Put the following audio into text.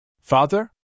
Father